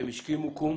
והם השכימו קום